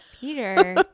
Peter